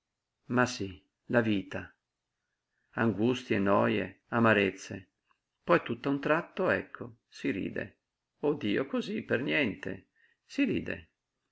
ma sí la vita angustie noje amarezze poi tutt'a un tratto ecco si ride oh dio cosí per niente si ride